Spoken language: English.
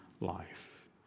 life